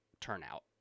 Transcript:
turnout